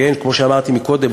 כמו שאמרתי קודם,